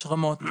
יש רמות.